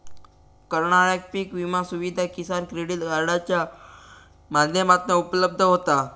करणाऱ्याक पीक विमा सुविधा किसान क्रेडीट कार्डाच्या माध्यमातना उपलब्ध होता